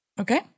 Okay